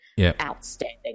outstanding